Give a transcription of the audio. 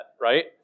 right